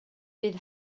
bydd